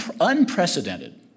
unprecedented